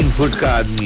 good god!